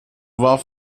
war